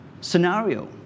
scenario